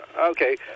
Okay